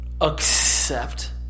accept